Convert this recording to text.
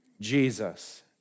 Jesus